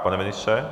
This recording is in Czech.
Pane ministře?